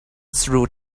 through